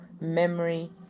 memory